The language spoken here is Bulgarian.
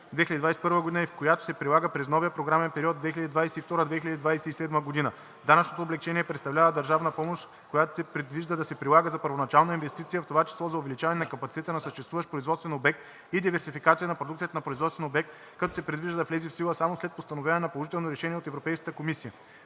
2021 г., и в която се прилага през новия програмен период 2022 – 2027 г. Данъчното облекчение представлява държавна помощ, която се предвижда да се прилага за първоначална инвестиция, в това число за увеличаване капацитета на съществуващ производствен обект и диверсификация на продукцията на производствен обект, като се предвижда да влезе в сила само след постановяване на положително решение от Европейската комисия.